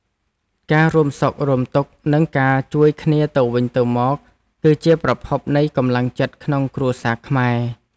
ការរួមសុខរួមទុក្ខ និងការជួយគ្នាទៅវិញទៅមក គឺជាប្រភពនៃកម្លាំងចិត្តក្នុងគ្រួសារខ្មែរ។